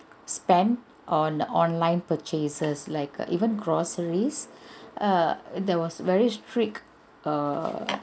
spend on online purchases like err even groceries err there was very strict err